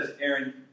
Aaron